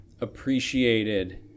appreciated